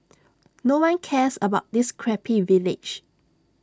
no one cares about this crappy village